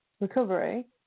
recovery